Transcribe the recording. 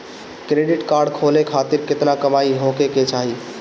Credit card खोले खातिर केतना कमाई होखे के चाही?